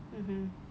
mmhmm